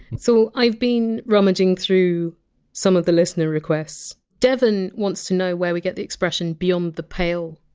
so i've been rummaging through some of the listener requests. devon wants to know where we get the expression! beyond the pale!